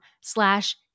slash